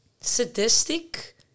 sadistic